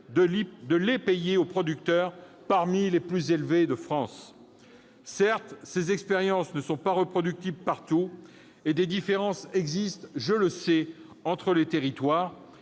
de lait payés au producteur parmi les plus élevés de France. Certes, ces expériences ne sont pas reproductibles partout et des différences existent entre les territoires.